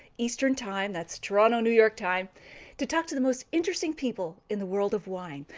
eastern time, that's toronto, new york time to talk to the most interesting people in the world of wine.